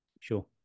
Sure